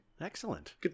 Excellent